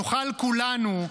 נוכל כולנו,